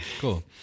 cool